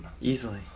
Easily